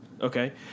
okay